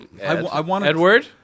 Edward